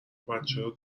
بچه